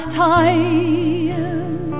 time